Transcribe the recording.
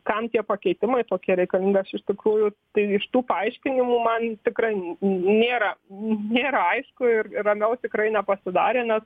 kam tie pakeitimai tokie reikalingi aš iš tikrųjų tai iš tų paaiškinimų man tikrai nėra nėra aišku ir ramiau tikrai nepasidarė nes